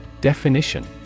Definition